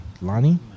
Lonnie